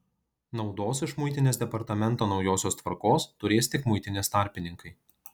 naudos iš muitinės departamento naujosios tvarkos turės tik muitinės tarpininkai